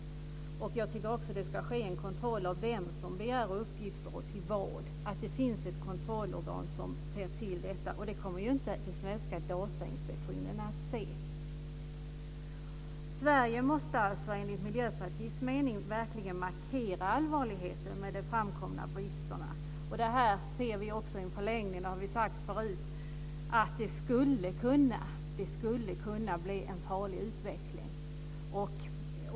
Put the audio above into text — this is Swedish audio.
Jag tycker också att ett kontrollorgan ska göra en kontroll av vem som begär uppgifter och till vad. Det kommer inte den svenska datainspektionen att se. Sverige måste alltså enligt Miljöpartiets mening verkligen markera allvarligheten i de framkomna bristerna. I en förlängning ser vi också, det har vi sagt förut, att detta skulle kunna bli en farlig utveckling.